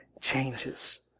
changes